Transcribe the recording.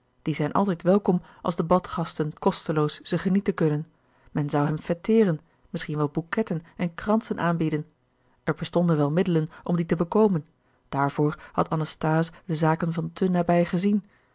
die zijn altijd welkom als de badgasten kosteloos ze genieten kunnen men zou hem fêteeren misschien wel bouquetten en kransen aanbieden er bestonden wel middelen om die te bekomen daarvoor had anasthase de gerard keller het testament van mevrouw de tonnette zaken van te nabij gezien